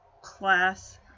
class